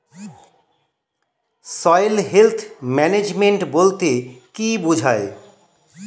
Soil health management বলতে কি বুঝায়?